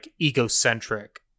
egocentric